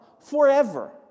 forever